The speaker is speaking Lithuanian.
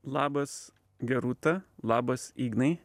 labas gerūta labas ignai